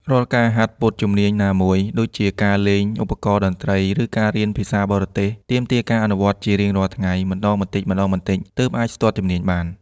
រាល់ ការហាត់ពត់ជំនាញណាមួយ ដូចជាការលេងឧបករណ៍តន្ត្រី ឬការរៀនភាសាបរទេស ទាមទារការអនុវត្តជារៀងរាល់ថ្ងៃម្ដងបន្តិចៗ ទើបអាចស្ទាត់ជំនាញបាន។